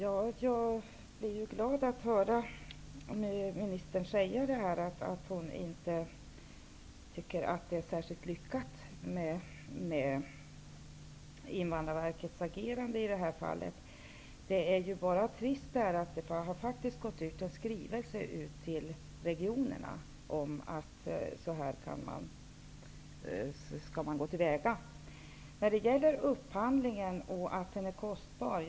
Herr talman! Jag är glad att höra ministern säga att hon inte tycker att Invandrarverkets agerande är särskilt lyckat i de fall som har beskrivits i tid ningarna. Det är bara trist att det faktiskt har gått ut en skrivelse till regionerna om att så skall man gå till väga. Upphandlingen är kostsam, säger ministern.